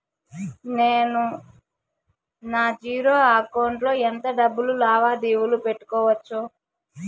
నా zero account లో ఎంత డబ్బులు లావాదేవీలు పెట్టుకోవచ్చు?